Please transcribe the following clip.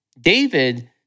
David